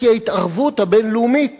כי ההתערבות הבין-לאומית